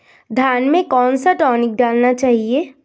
धान में कौन सा टॉनिक डालना चाहिए?